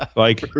like,